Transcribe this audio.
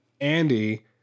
Andy